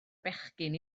bechgyn